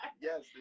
yes